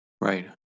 Right